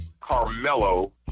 Carmelo